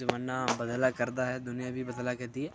जमाना बदलै करदा ऐ दुनिया बी बदलै करदी ऐ